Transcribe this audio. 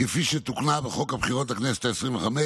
כפי שתוקנה בחוק הבחירות לכנסת העשרים-וחמש